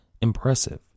impressive